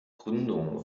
gründung